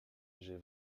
j’ai